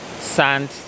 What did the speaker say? sand